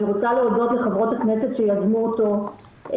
אני רוצה להודות לחברות הכנסת שיזמו אותו,